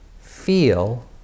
feel